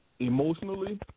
emotionally